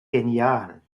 genial